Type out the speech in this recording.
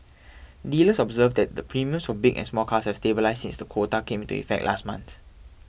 dealers observed that the premiums for big and small cars have stabilised since the quota came into effect last month